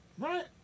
Right